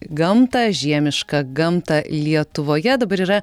gamtą žiemišką gamtą lietuvoje dabar yra